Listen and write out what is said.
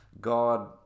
God